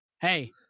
Hey